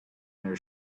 their